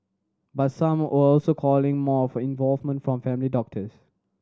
but some are also calling more for involvement from family doctors